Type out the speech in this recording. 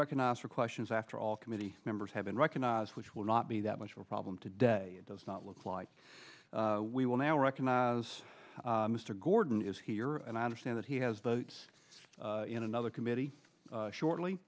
recognized for questions after all committee members have been recognized which will not be that much of a problem today does not look like we will now recognize as mr gordon is here and i understand that he has votes in another committee shortly